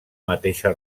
mateixa